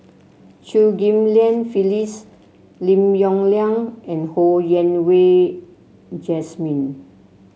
Chew Ghim Lian Phyllis Lim Yong Liang and Ho Yen Wah Jesmine